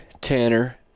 Tanner